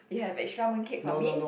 you have extra mooncake for me